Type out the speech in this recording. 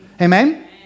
Amen